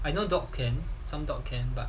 I know dog can some dog can but